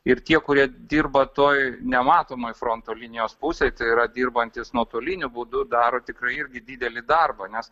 ir tie kurie dirba toj nematomoj fronto linijos pusėj tai yra dirbantys nuotoliniu būdu daro tikrai irgi didelį darbą nes